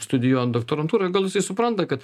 studijuojant doktorantūroj gal jisai supranta kad